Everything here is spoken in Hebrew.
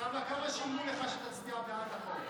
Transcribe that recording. אוסאמה, כמה שילמו לך שתצביע בעד החוק?